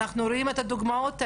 אנחנו רואים את הדוגמאות האלה.